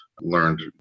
learned